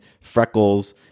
freckles